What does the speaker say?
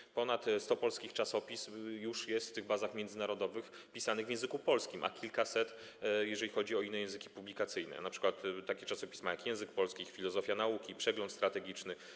I ponad 100 polskich czasopism już jest w tych bazach międzynarodowych pisanych w języku polskim, a jeżeli chodzi o inne języki publikacyjne - kilkaset, np. takie czasopisma jak „Język Polski”, „Filozofia Nauki”, „Przegląd Strategiczny”